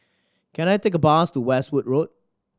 can I take a bus to Westwood Road